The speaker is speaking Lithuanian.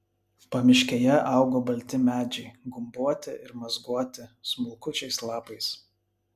pamiškėje augo balti medžiai gumbuoti ir mazguoti smulkučiais lapais